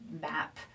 map